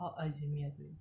orh eczema